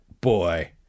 boy